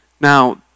Now